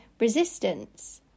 resistance